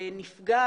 נפגע